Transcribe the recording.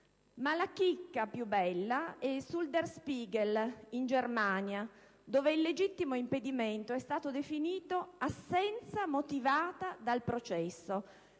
Ma la chicca più bella è sul «Der Spiegel», in Germania, dove il legittimo impedimento è stato definito assenza motivata dal processo.